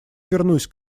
вернусь